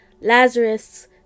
Lazarus